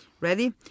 Ready